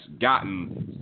gotten